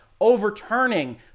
overturning